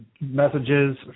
messages